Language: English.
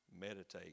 Meditate